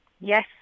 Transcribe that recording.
Yes